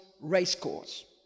Racecourse